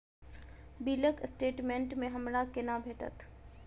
बिलक स्टेटमेंट हमरा केना भेटत?